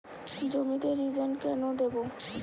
জমিতে রিজেন্ট কেন দেবো?